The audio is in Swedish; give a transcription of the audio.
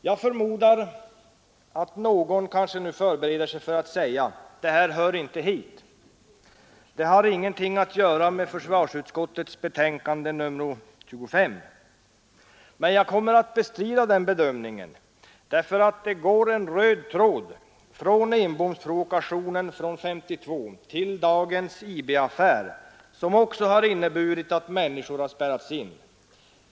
Jag förmodar att någon nu förbereder sig för att säga att det här inte hör hit och att det inte har någonting att göra med försvarsutskottets betänkande nr 25. Men jag kommer att bestrida den bedömningen därför att det går en röd tråd från Enbomsprovokationen 1952 till dagens IB-affär som också har inneburit att människor spärras in.